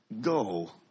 go